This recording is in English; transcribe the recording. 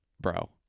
bro